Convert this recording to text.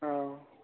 औ